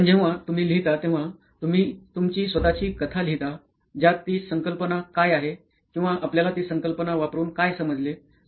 पण जेव्हा तुम्ही लिहिता तेव्हा तुम्ही तुमची स्वतःची कथा लिहिता ज्यात ती संकल्पना काय आहे किंवा आपल्याला ती संकल्पना वापरुन काय समजले